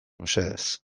mesedez